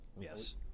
Yes